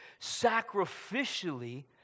sacrificially